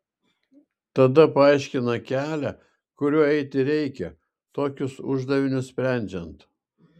tada paaiškina kelią kuriuo eiti reikia tokius uždavinius sprendžiant